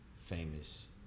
famous